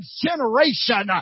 generation